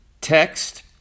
text